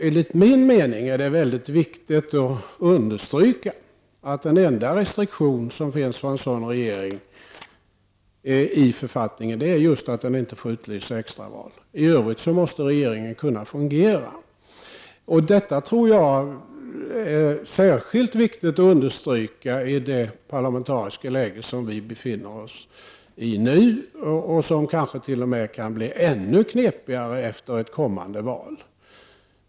Enligt min mening är det mycket viktigt att understryka att den enda restriktion som finns för en sådan regering i författningen är just det att den inte får utlysa extraval. I övrigt måste regeringen kunna fungera. Detta tror jag är särskilt viktigt att understryka i det parlamentariska läge som vi nu befinner oss i och som kanske t.o.m. kan bli ännu knepigare efter kommande val.